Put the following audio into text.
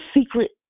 secret